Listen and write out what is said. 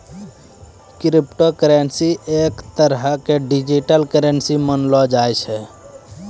crypto currency एक तरह के डिजिटल करन्सी मानलो जाय छै